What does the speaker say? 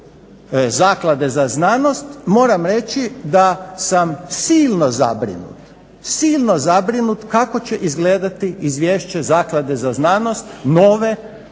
zaklade za znanost moramo reći da sam silno zabrinut, silno zabrinut kako će izgledati izvješće zaklade za znanost nove,